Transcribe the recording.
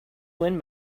win